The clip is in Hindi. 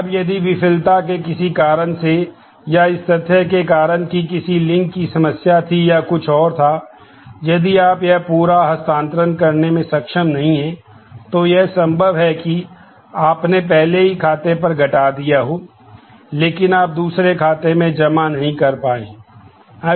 अब यदि विफलता के किसी कारण से या इस तथ्य के कारण कि लिंक की समस्या थी या कुछ और था यदि आप यह पूरा हस्तांतरण करने में सक्षम नहीं हैं तो यह संभव है कि आपने पहले ही खाते पर घटा दिया हो लेकिन आप दूसरे खाते में जमा नहीं कर पाए हैं